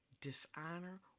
dishonor